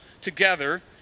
together